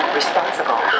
responsible